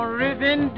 ribbon